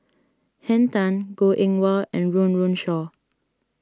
Henn Tan Goh Eng Wah and Run Run Shaw